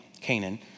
Canaan